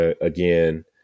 again